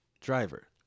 driver